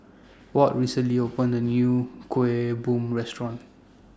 Walt recently opened A New Kueh Bom Restaurant